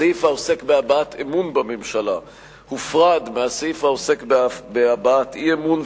הסעיף העוסק בהבעת אמון בממשלה הופרד מהסעיף העוסק בהבעת אי-אמון,